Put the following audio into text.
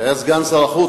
שהיה סגן שר החוץ,